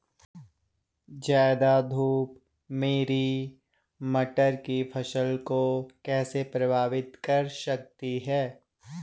ज़्यादा धूप मेरी मटर की फसल को कैसे प्रभावित कर सकती है?